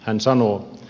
hän sanoo